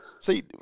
See